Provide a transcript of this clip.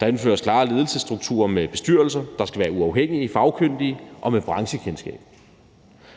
Der indføres klare ledelsesstrukturer med bestyrelser, der skal være uafhængige, fagkyndige og have branchekendskab.